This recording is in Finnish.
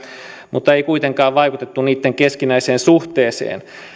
mutta ei kuitenkaan vaikutettu niitten keskinäiseen suhteeseen